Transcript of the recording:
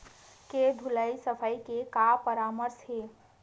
के धुलाई सफाई के का परामर्श हे?